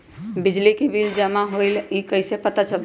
बिजली के बिल जमा होईल ई कैसे पता चलतै?